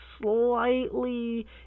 slightly